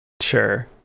Sure